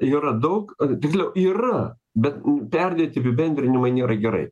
yra daug tiksliau yra bet perdėti apibendrinimai nėra gerai